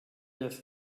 das